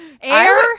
air